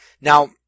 Now